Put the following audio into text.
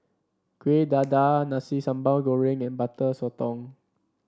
Kueh Dadar Nasi Sambal Goreng and Butter Sotong